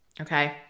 okay